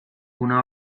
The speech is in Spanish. una